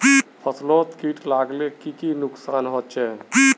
फसलोत किट लगाले की की नुकसान होचए?